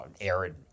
arid